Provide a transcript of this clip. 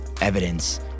evidence